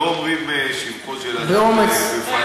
לא אומרים שבחו של אדם בפניו,